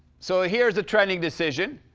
so here is a trending decision.